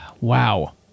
Wow